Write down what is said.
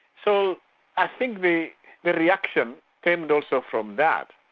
so i think the reaction stemmed also from that.